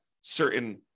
certain